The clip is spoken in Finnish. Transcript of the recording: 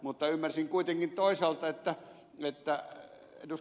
mutta ymmärsin kuitenkin toisaalta että ed